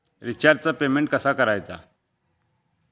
रिचार्जचा पेमेंट कसा करायचा?